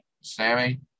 Sammy